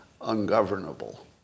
ungovernable